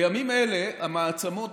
בימים אלה המעצמות,